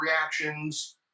reactions